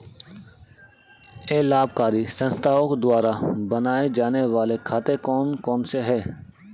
अलाभकारी संस्थाओं द्वारा बनाए जाने वाले खाते कौन कौनसे हैं?